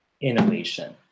innovation